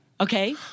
okay